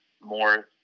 more